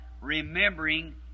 Remembering